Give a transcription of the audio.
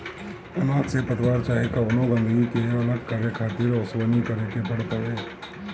अनाज से पतवार चाहे कवनो गंदगी के अलग करके खातिर ओसवनी करे के पड़त हवे